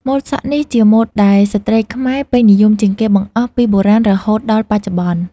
ម៉ូតសក់នេះជាម៉ូតដែលស្ត្រីខ្មែរពេញនិយមជាងគេបង្អស់ពីបុរាណរហូតដល់បច្ចុប្បន្ន។